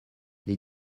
les